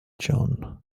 john